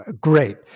Great